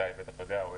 איתי בטח יודע את זה,